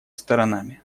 сторонами